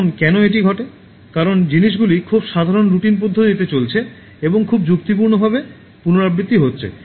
এখন কেন এটি ঘটে কারণ জিনিসগুলি খুব সাধারণ রুটিন পদ্ধতিতে চলছে এবং খুব যুক্তিপূর্ণ ভাবে পুনরাবৃত্তি হচ্ছে